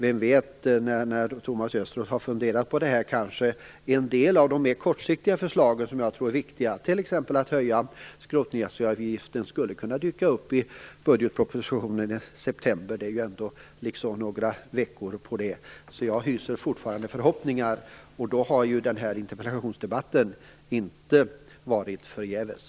Vem vet - när Thomas Östros har funderat på det här kanske en del av de mer kortsiktiga förslag som jag tror är viktiga, t.ex. att höja skrotningspremierna, skulle kunna dyka upp i budgetpropositionen i september. Det är ju ändå några veckor dit. Jag hyser fortfarande förhoppningar, och i så fall har den här interpellationsdebatten inte varit förgäves.